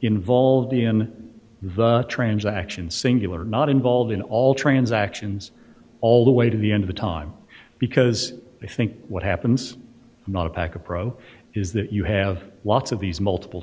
involved in the transaction singular not involved in all transactions all the way to the end of a time because i think what happens not a pack a pro is that you have lots of these multiple